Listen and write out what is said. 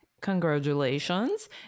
Congratulations